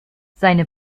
seine